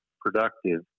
productive